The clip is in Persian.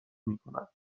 میکنند